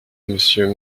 monsieur